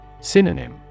Synonym